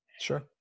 sure